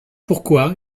pourquoi